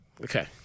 Okay